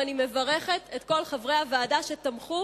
ואני מברכת את כל חברי הוועדה שתמכו